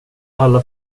alla